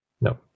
no